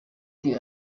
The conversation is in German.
die